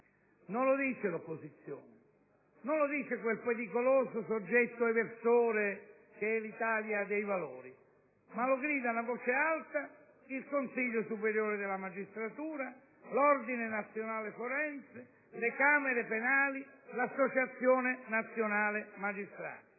Non lo dice l'opposizione, non lo dice quel pericoloso soggetto eversore che è l'Italia dei Valori, ma lo gridano a voce alta il Consiglio superiore della magistratura, il Consiglio nazionale forense, le Camere penali, l'Associazione nazionale magistrati.